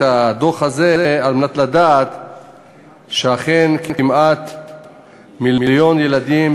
הדוח הזה כדי לדעת שאכן כמעט מיליון ילדים,